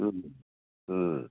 ఆ ఆ